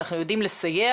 אנחנו יודעים לסייע?